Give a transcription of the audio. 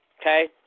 okay